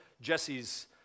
Jesse's